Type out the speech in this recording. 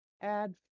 add